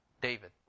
David